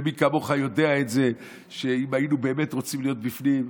ומי כמוך יודע את זה שאם באמת היינו רוצים להיות בפנים,